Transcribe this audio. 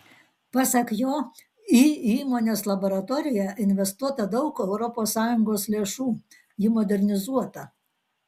pasak jo į įmonės laboratoriją investuota daug europos sąjungos lėšų ji modernizuota